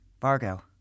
Vargo